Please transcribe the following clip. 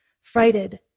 frighted